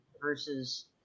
versus